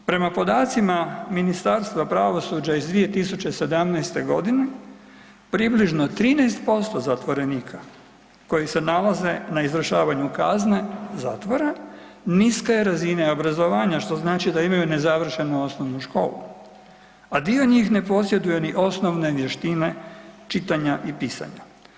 Prema podacima Ministarstva pravosuđa iz 2017. godine približno 13% zatvorenika koji se nalaze na izvršavanju kazne zatvora niske je razine obrazovanja što znači da imaju nezavršenu osnovnu školu, a dio njih ne posjeduje ni osnovne vještine čitanja i pisanja.